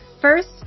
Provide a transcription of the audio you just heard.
First